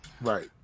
Right